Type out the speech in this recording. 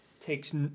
takes